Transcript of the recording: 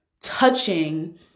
touching